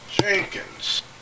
Jenkins